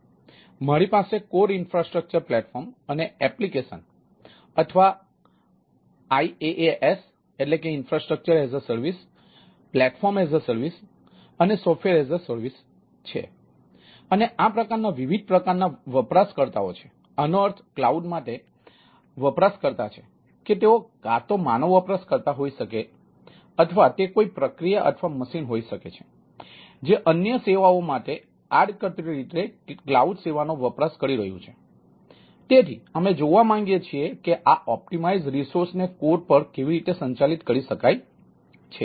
તેથી મારી પાસે કોર ઇન્ફ્રાસ્ટ્રક્ચર પ્લેટફોર્મને કોર પર કેવી રીતે સંચાલિત કરી શકાય છે